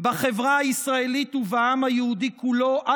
בחברה הישראלית ובעם היהודי כולו.